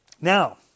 Now